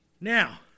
Now